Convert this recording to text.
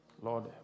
Lord